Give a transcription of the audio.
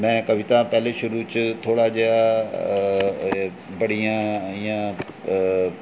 में कविता पैह्लें शुरू च थोह्ड़ा जेहा बड़ी इ'यां इ'यां